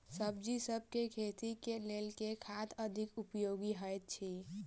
सब्जीसभ केँ खेती केँ लेल केँ खाद अधिक उपयोगी हएत अछि?